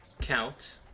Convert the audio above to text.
count